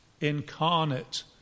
incarnate